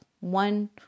one